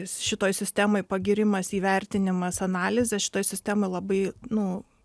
šitoj sistemoj pagyrimas įvertinimas analizė šitoj sistemoj labai nu